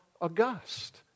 august